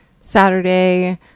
Saturday